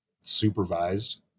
supervised